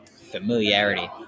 familiarity